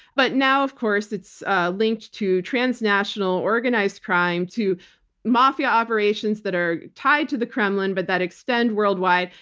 but now, of course, it's linked to transnational organized crime, to mafia operations that are tied to the kremlin but that extend worldwide.